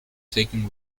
taking